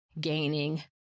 gaining